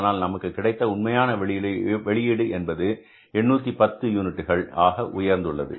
ஆனால் நமக்கு கிடைத்த உண்மையான வெளியீடு என்பது 810 யூனிட்டுகள் ஆக உயர்ந்துள்ளது